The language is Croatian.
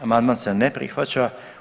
Amandman se ne prihvaća.